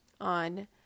on